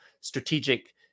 strategic